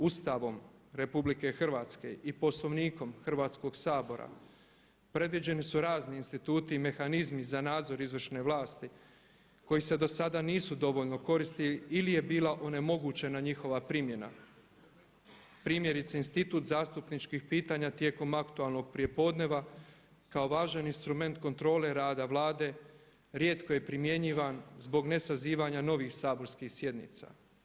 Ustavom Republike Hrvatske i Poslovnikom Hrvatskog sabora predviđeni su razni instituti i mehanizmi za nadzor izvršne vlasti koji se do sada nisu dovoljno koristili ili je bila onemogućena njihova primjena, primjerice institut zastupničkih pitanja tijekom aktualnog prijepodneva kao važan instrument kontrole rada Vlade, rijetko je primjenjivan zbog nesazivanja novih saborskih sjednica.